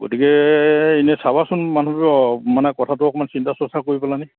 গতিকে এনেই চাবাচোন মানুহৰ মানে কথাটো অকণমান চিন্তা চৰ্চা কৰি পেলাইনি